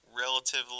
relatively